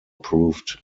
proved